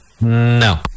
No